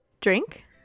drink